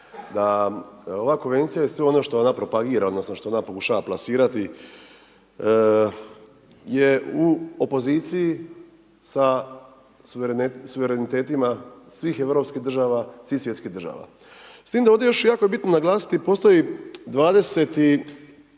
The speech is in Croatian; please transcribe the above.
Da, ova Konvencija je sve ono što ona propagira, odnosno što ona pokušava plasirati je u opoziciji sa suverenitetima svih europskih država, svih svjetskih država. S tim da ovdje još jako je bitno naglasiti postoji 23